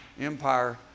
Empire